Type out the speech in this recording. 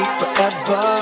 forever